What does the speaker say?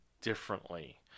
differently